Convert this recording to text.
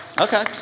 Okay